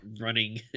running